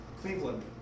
Cleveland